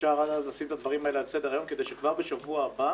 אפשר עד אז לשים את הדברים האלה על סדר-היום כדי שכבר בשבוע הבא